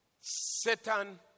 Satan